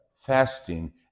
fasting